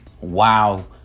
Wow